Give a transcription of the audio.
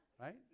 Right